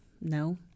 No